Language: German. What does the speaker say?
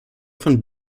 von